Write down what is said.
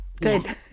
good